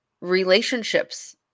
relationships